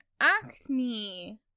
acne